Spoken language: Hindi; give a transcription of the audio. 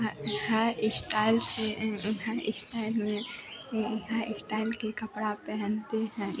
ह है इश्टाइल से है इस्टाइल में है इस्टाइल के कपड़े पहनते हैं